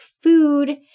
food